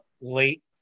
late